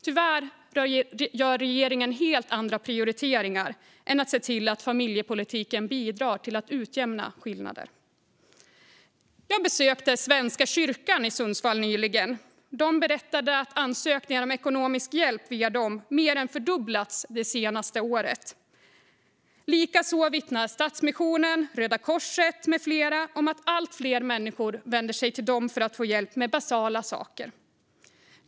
Tyvärr gör regeringen helt andra prioriteringar än att se till att familjepolitiken bidrar till att utjämna skillnader. Jag besökte Svenska kyrkan i Sundsvall nyligen. De berättade att ansökningarna om ekonomisk hjälp via dem mer än fördubblats det senaste året. Likaså vittnar Stadsmissionen, Röda Korset med flera om att allt fler människor vänder sig till dem för hjälp med basala saker.